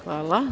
Hvala.